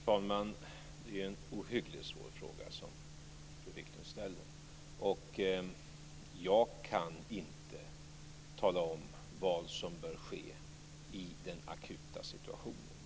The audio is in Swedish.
Fru talman! Det är en ohyggligt svår fråga som fru Viklund ställer. Jag kan inte tala om vad som bör ske i den akuta situationen.